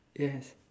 yes